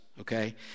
okay